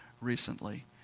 recently